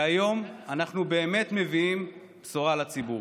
והיום אנחנו באמת מביאים בשורה לציבור.